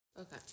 Okay